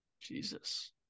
Jesus